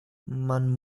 man